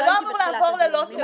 זה לא אמור לעבור ללא תיעוד.